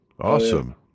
awesome